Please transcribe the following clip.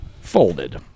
folded